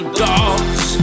dogs